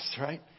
right